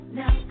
now